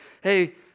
hey